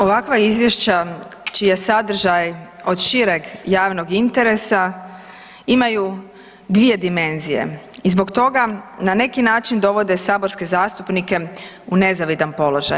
Ovakva izvješća čiji je sadržaj od šireg javnog interesa, imaju dvije dimenzije i zbog toga na neki način dovode saborske zastupnike u nezavidan položaj.